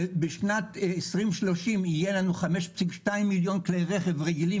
ובשנת 2030 יהיו לנו 5.2 מיליון כלי רכב רגילים